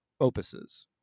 opuses